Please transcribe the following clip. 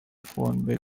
phone